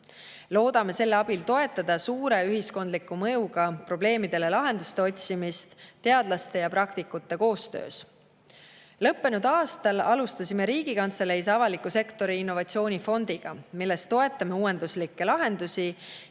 Loodame selle abil toetada suure ühiskondliku mõjuga probleemidele lahenduste otsimist teadlaste ja praktikute koostöös. Lõppenud aastal alustasime Riigikantseleis avaliku sektori innovatsioonifondiga, millest toetame uuenduslikke lahendusi